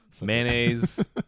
Mayonnaise